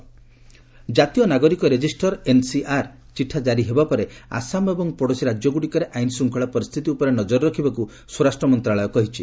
Assam NRC ଜାତୀୟ ନାଗରିକ register NRC ଚିଠା ଜାରି ହେବା ପରେ ଆସାମ ଏବଂ ପଡ଼ୋଶୀ ରାଜ୍ୟଗ୍ରଡ଼ିକରେ ଆଇନ ଶ୍ରୁଙ୍ଗଳା ପରିସ୍ଥିତି ଉପରେ ନଜର ରଖିବାକୁ ସ୍ୱରାଷ୍ଟ୍ର ମନ୍ତ୍ରଣାଳୟ କହିଛି